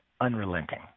unrelenting